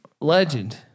legend